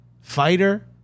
fighter